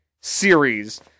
series